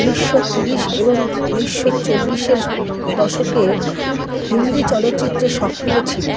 ঊনিশশো তিরিশ এবং ঊনিশশো চল্লিশের দশকের হিন্দি চলচ্চিত্রে সক্রিয় ছিলেন